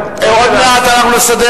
עוד מעט אנחנו נסדר,